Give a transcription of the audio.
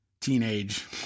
teenage